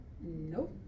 Nope